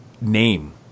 name